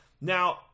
Now